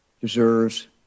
deserves